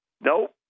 Nope